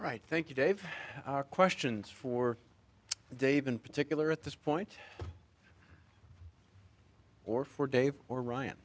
right thank you dave questions for dave in particular at this point or for dave or ryan